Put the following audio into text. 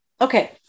Okay